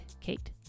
Kate